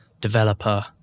developer